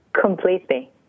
Completely